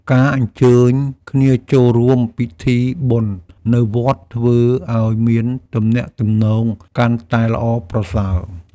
ការអញ្ជើញគ្នាចូលរួមពិធីបុណ្យនៅវត្តធ្វើឱ្យមានទំនាក់ទំនងកាន់តែល្អប្រសើរ។